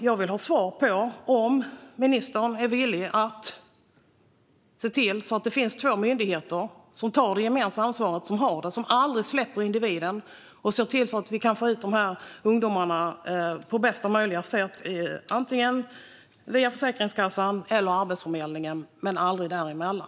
Jag vill ha svar på om ministern är villig att se till att det finns två myndigheter som tar det gemensamma ansvaret, som aldrig släpper individen och som ser till att vi kan få ut de här ungdomarna på bästa möjliga sätt, via antingen Försäkringskassan eller Arbetsförmedlingen och aldrig däremellan.